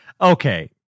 okay